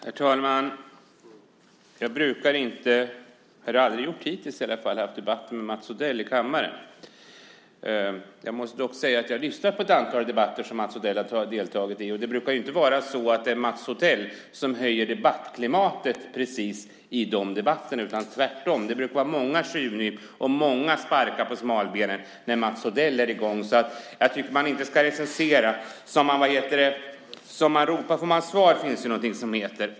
Herr talman! Jag brukar inte debattera med Mats Odell i kammaren, åtminstone har jag hittills aldrig gjort det. Däremot måste jag säga att jag lyssnat på ett antal debatter som Mats Odell deltagit i. Det brukar inte precis vara så att Mats Odell höjer klimatet i de debatterna. Tvärtom brukar det ges många tjuvnyp och många sparkar på smalbenet när Mats Odell är i gång. Jag tycker därför inte att man ska recensera. Som man ropar får man svar finns det något som heter.